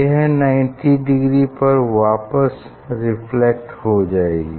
यह 90 डिग्री पर वापस रिफ्लेक्ट हो जाएंगी